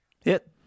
Hit